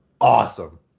awesome